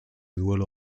duelo